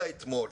אלא אתמול.